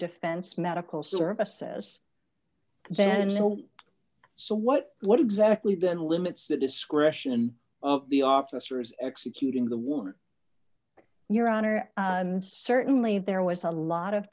defense medical services then so what what exactly been limits the discretion of the officers executing the woman your honor and certainly there was a lot of